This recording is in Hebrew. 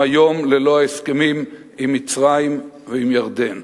היום ללא ההסכמים עם מצרים ועם ירדן.